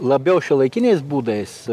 labiau šiuolaikiniais būdais